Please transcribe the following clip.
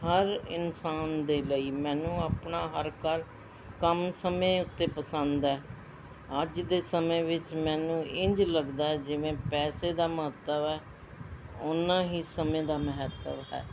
ਹਰ ਇਨਸਾਨ ਦੇ ਲਈ ਮੈਨੂੰ ਆਪਣਾ ਹਰ ਕਰ ਕੰਮ ਸਮੇਂ ਉੱਤੇ ਪਸੰਦ ਹੈ ਅੱਜ ਦੇ ਸਮੇਂ ਵਿੱਚ ਮੈਨੂੰ ਇੰਝ ਲੱਗਦਾ ਜਿਵੇਂ ਪੈਸੇ ਦਾ ਮਹੱਤਵ ਹੈ ਉਨ੍ਹਾਂ ਹੀ ਸਮੇਂ ਦਾ ਮਹੱਤਵ ਹੈ